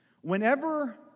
Whenever